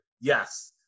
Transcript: Yes